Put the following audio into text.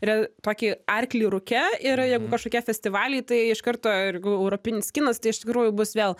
re tokį arklį rūke ir jeigu kažkokie festivaliai tai iš karto ir europinis kinas tai iš tikrųjų bus vėl